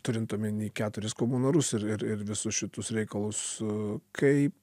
turint omeny keturis komunarus ir ir visus šitus reikalus kaip